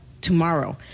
tomorrow